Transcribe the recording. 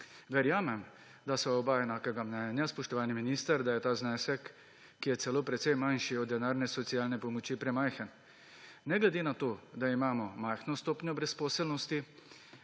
Verjamem, da sva oba enakega mnenja, spoštovani minister, da je ta znesek, ki je celo precej manjši od denarne socialne pomoči, premajhen. Ne glede na to, da imamo majhno stopnjo brezposelnosti,